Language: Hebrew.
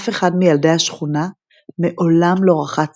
אף אחד מילדי השכונה מעולם לא רחץ